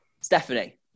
stephanie